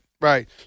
right